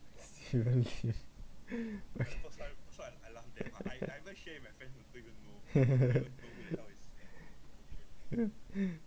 seriously okay